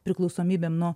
priklausomybėm nuo